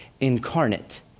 incarnate